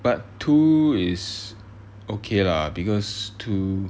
but two is okay lah because two